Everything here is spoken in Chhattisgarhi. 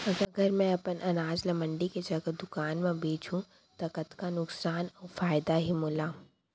अगर मैं अपन अनाज ला मंडी के जगह दुकान म बेचहूँ त कतका नुकसान अऊ फायदा हे मोला?